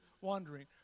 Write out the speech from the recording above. wandering